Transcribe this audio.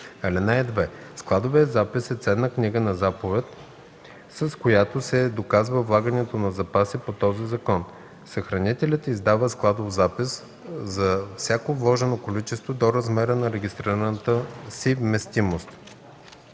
(2) Складовият запис е ценна книга на заповед, с която се доказва влагането на запаси по този закон. Съхранителят издава складов запис за всяко вложено количество до размера на регистрираната си вместимост.